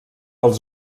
els